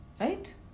Right